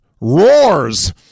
roars